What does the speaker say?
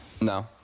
no